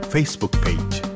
Facebook-page